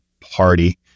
party